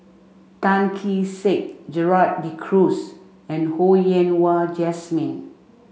Tan Kee Sek Gerald De Cruz and Ho Yen Wah Jesmine